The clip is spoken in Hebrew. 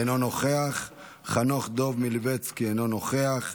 אינו נוכח, חנוך דב מלביצקי, אינו נוכח.